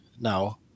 now